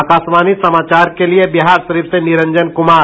आकाशवाणी समाचार के लिये बिहारशरीफ से निरंजन कुमार